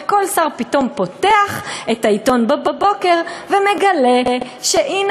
וכל שר פתאום פותח את העיתון בבוקר ומגלה שהנה,